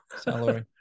Salary